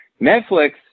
Netflix